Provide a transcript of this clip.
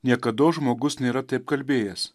niekados žmogus nėra taip kalbėjęs